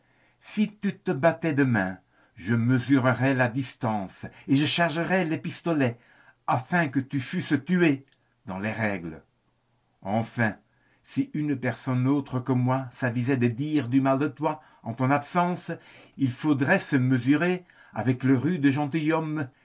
si tu te battais demain je mesurerais la distance et chargerais les pistolets afin que tu sois tué dans les règles enfin si une personne autre que moi s'avisait de dire du mal de toi en ton absence il faudrait se mesurer avec un rude gentilhomme